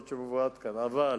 שמובאות כאן, אבל